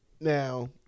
Now